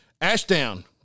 Ashdown